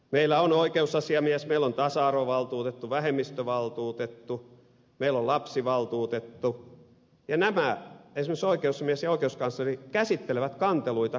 meillä on oikeusasiamies meillä on tasa arvovaltuutettu vähemmistövaltuutettu meillä on lapsiasiavaltuutettu ja nämä esimerkiksi oikeusasiamies ja oikeuskansleri käsittelevät kanteluita konkreettisissa ihmisoikeusasioissa